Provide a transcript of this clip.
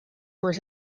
were